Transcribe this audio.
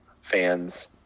fans